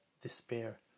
despair